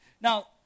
Now